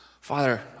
Father